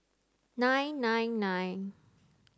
nine nine nine